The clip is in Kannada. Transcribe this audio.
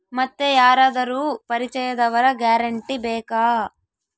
ಮತ್ತೆ ಯಾರಾದರೂ ಪರಿಚಯದವರ ಗ್ಯಾರಂಟಿ ಬೇಕಾ?